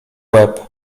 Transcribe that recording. łeb